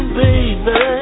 baby